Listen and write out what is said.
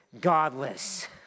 godless